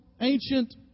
ancient